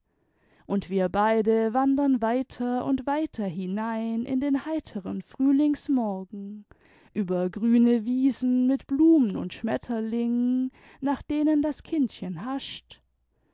und wir bdde wandern weiter und weiter hinein in den heiteren frühlingsmorgen über grüne wiesen mit blumen und schmetterlingen nach denen das kindchen hascht